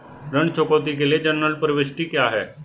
ऋण चुकौती के लिए जनरल प्रविष्टि क्या है?